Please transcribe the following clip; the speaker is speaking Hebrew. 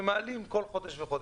ומעלים כל חודש וחודש.